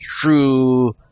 true